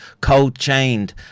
cold-chained